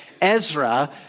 Ezra